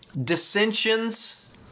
dissensions